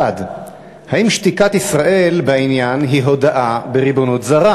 1. האם שתיקת ישראל בעניין היא הודאה בריבונות זרה?